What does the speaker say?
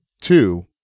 Two